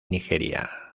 nigeria